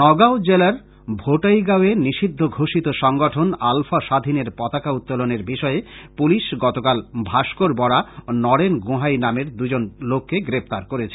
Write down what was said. নগাঁও জেলার ভোটাইগাঁও এ নিষিদ্ধ ঘোষিত সংগঠন আলফা স্বাধীনের পতাকা উত্তোলনের বিষয়ে পুলিশ গতকাল ভাস্কর বরা ও নরেন গোঁহাই নামের দুজন লোককে গ্রেপ্তার করেছে